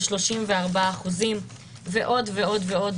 של 34% ועוד ועוד ועוד.